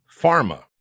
Pharma